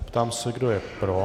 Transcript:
Ptám se, kdo je pro.